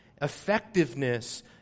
effectiveness